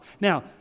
Now